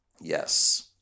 Yes